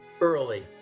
early